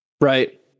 right